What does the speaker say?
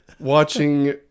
Watching